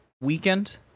weekend